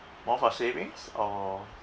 more for savings or